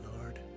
lord